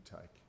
take